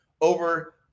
over